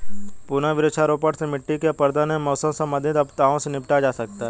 पुनः वृक्षारोपण से मिट्टी के अपरदन एवं मौसम संबंधित आपदाओं से निपटा जा सकता है